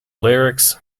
lyrics